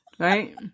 Right